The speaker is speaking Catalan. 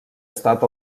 estat